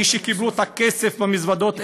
מי שקיבלו את הכסף במזוודות,